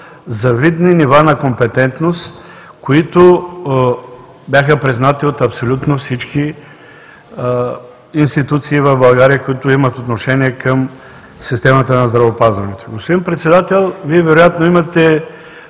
завидни нива на компетентност, които бяха признати от абсолютно всички институции в България, които имат отношение към системата на здравеопазването. Господин Председател, Вие вероятно имате